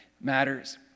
matters